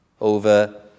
over